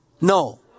No